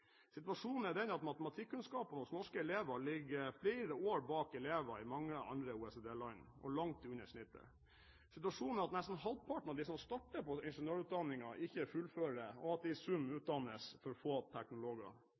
Situasjonen er den at matematikkunnskapene hos norske elever ligger flere år bak elever i mange andre OECD-land – og langt under snittet. Situasjonen er at nesten halvparten av de som starter på ingeniørutdanning ikke fullfører, og at det i sum utdannes for få teknologer.